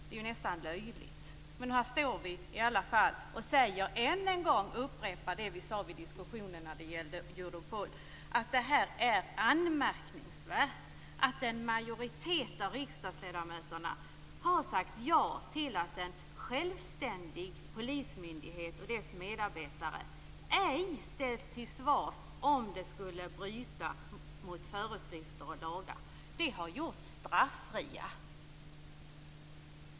Det är nästan löjligt. Men här står vi i alla fall och upprepar än en gång vad vi sade vid diskussionen när det gällde Europol. Det är anmärkningsvärt att en majoritet av riksdagsledamöterna har sagt ja till att en självständig polismyndighet och dess medarbetare inte ställs till svars om de skulle bryta mot föreskrifter och lagar. De har gjorts straffria.